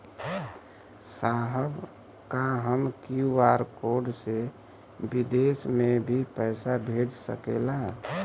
साहब का हम क्यू.आर कोड से बिदेश में भी पैसा भेज सकेला?